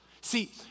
See